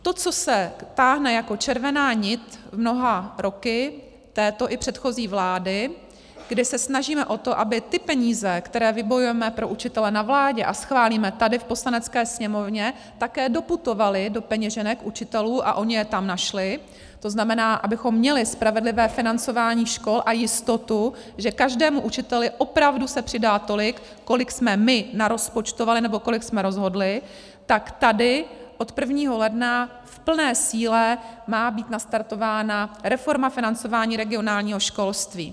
To, co se táhne jako červená niť mnoha roky této i předchozí vlády, kde se snažíme o to, aby ty peníze, které vybojujeme pro učitele na vládě a schválíme tady v Poslanecké sněmovně, také doputovaly do peněženek učitelů a oni je tam našli, tzn. abychom měli spravedlivé financování škol a jistotu, že každému učiteli se opravdu přidá tolik, kolik jsme my narozpočtovali nebo kolik jsme rozhodli, tak tady od 1. ledna v plné síle má být nastartována reforma financování regionálního školství.